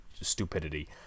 stupidity